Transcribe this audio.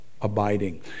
Abiding